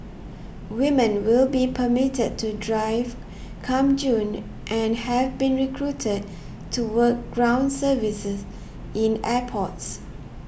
women will be permitted to drive come June and have been recruited to work ground service in airports